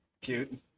Cute